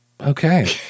Okay